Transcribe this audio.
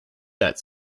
that